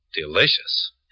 delicious